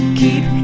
keep